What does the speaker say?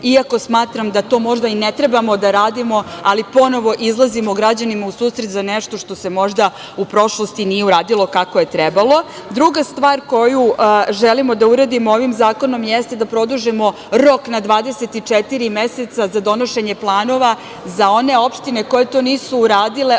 iako smatram da to možda i ne trebamo da radimo, ali ponovo izlazimo građanima u susret za nešto što se možda u prošlosti nije uradilo kako je trebalo. Druga stvar koju želimo da uradimo ovim zakonom jeste da produžimo rok na 24 meseca za donošenje planova za one opštine koje to nisu uradile